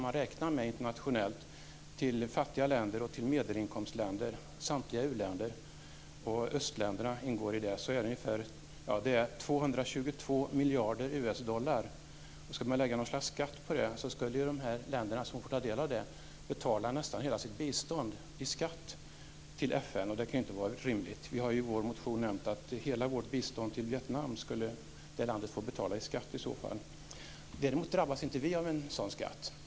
Man har internationellt räknat med att det till fattiga länder och medelinkomstländer - samtliga u-länder och östländerna - blir 220 miljarder USD. Om det läggs skatt på detta, skulle dessa länder betala hela biståndet till FN. Vi har i vår motion nämnt att Vietnam skulle få betala hela vårt bistånd till det landet i skatt. Däremot drabbas inte vi av en sådan skatt.